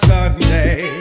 Sunday